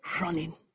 running